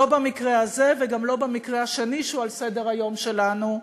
לא במקרה הזה וגם לא במקרה השני שהוא על סדר-היום שלנו,